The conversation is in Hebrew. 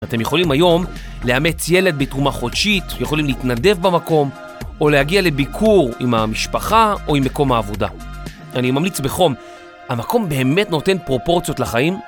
אתם יכולים היום לאמץ ילד בתרומה חודשית, יכולים להתנדב במקום, או להגיע לביקור עם המשפחה או עם מקום העבודה. אני ממליץ בחום, המקום באמת נותן פרופורציות לחיים.